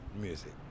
music